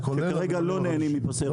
כי כרגע לא נהנים מפסי רכבת.